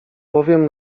bowiem